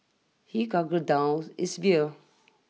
he gulped down his beer